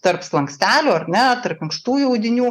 tarp slankstelių ar ne tarp minkštųjų audinių